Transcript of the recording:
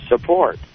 support